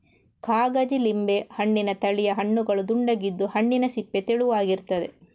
ಕಾಗಜಿ ಲಿಂಬೆ ಹಣ್ಣಿನ ತಳಿಯ ಹಣ್ಣುಗಳು ದುಂಡಗಿದ್ದು, ಹಣ್ಣಿನ ಸಿಪ್ಪೆ ತೆಳುವಾಗಿರ್ತದೆ